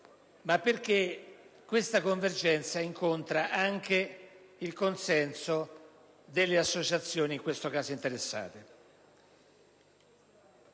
ma perché questa convergenza incontra anche il consenso delle associazioni in questo caso interessate.